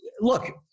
look